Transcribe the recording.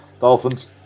Dolphins